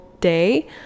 day